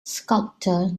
sculptor